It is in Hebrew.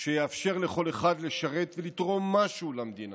שיאפשר לכל אחד לשרת ולתרום משהו למדינה.